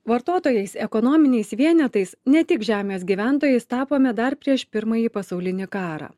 vartotojais ekonominiais vienetais ne tik žemės gyventojais tapome dar prieš pirmąjį pasaulinį karą